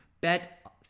bet